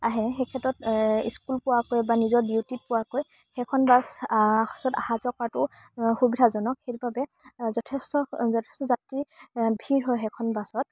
আহে সেই ক্ষেত্ৰত স্কুল পোৱাকৈ বা নিজৰ ডিউটিত পোৱাকৈ সেইখন বাছত আহা যোৱা কৰাটো সুবিধাজনক সেইবাবে যথেষ্ট যথেষ্ট যাত্ৰীৰ ভিৰ হয় সেইখন বাছত